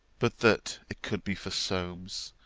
but that it could be for solmes,